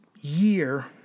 year